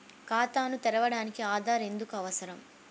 ఖాతాను తెరవడానికి ఆధార్ ఎందుకు అవసరం?